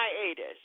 hiatus